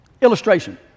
Illustration